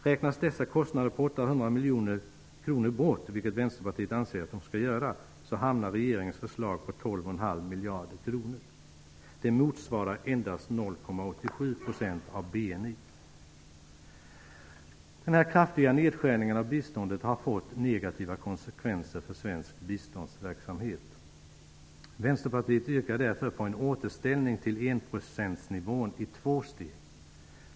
Räknas dessa kostnader på 800 miljoner bort, vilket Vänsterpartiet anser bör göras, blir regeringens förslag 12,5 miljarder kronor. Det motsvarar endast 0,87 % av BNI. Den kraftiga nedskärningen av biståndet har fått negativa konsekvenser för svensk biståndsverksamhet. Vänsterpartiet yrkar därför på en återställning till enprocentsnivån i två steg.